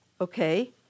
Okay